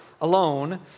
alone